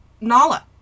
Nala